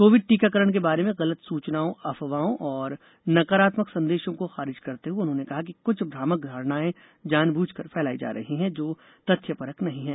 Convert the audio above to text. Covid टीकाकरण के बारे में गलत सूचनाओं अफवाहों और नकारात्मक संदेशों को खारिज करते हुए उन्होंने कहा कि कुछ भ्रामक धारणाएं जानब्रझकर फैलाई जा रही हैं जो तथ्यपरक नहीं हैं